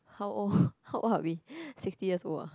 how old how old are we sixty years old ah